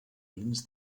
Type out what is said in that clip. dins